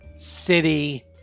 city